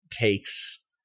takes –